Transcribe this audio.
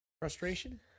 Frustration